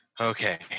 Okay